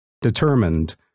determined